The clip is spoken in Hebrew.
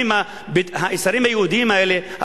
האסירים היהודים האלה,